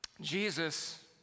Jesus